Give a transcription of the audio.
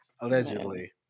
Allegedly